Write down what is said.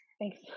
Thanks